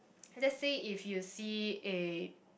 let's say if you see a